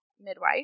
midwife